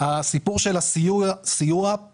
הסיפור של הסיוע/פיצוי.